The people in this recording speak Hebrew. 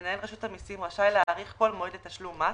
מנהל רשות המסים רשאי להאריך כל מועד לתשלום מס,